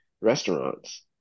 restaurants